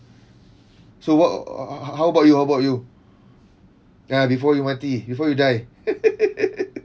so what h~ how about you how about you ya before you mati before you die